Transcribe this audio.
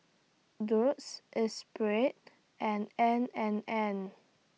Doux Espirit and N and N